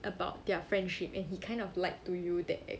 about their friendship and he kind of lied to you that